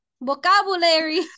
vocabulary